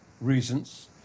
reasons